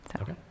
Okay